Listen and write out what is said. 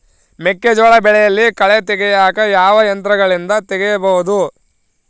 ಮೆಕ್ಕೆಜೋಳ ಬೆಳೆಯಲ್ಲಿ ಕಳೆ ತೆಗಿಯಾಕ ಯಾವ ಯಂತ್ರಗಳಿಂದ ತೆಗಿಬಹುದು?